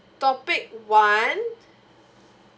topic one